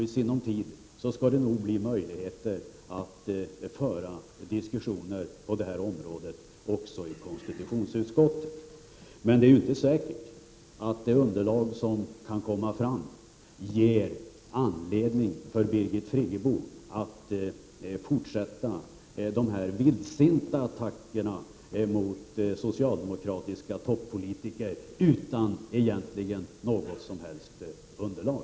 I sinom tid skall vi nog få möjligheter att föra diskussioner på det här området också i konstitutionsutskottet. Men det är ju inte säkert att det som kan komma fram ger anledning för Birgit Friggebo att fortsätta de här vildsinta attackerna mot socialdemokratiska toppolitiker utan att egentligen ha något som helst underlag.